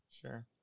Sure